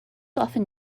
often